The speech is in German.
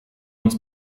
uns